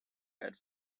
had